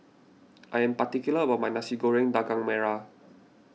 I am particular about my Nasi Goreng Daging Merah